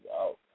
out